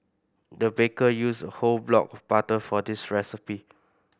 the baker used a whole block of butter for this recipe